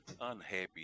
unhappy